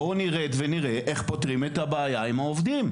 בואו נרד ונראה איך פותרים את הבעיה עם העובדים.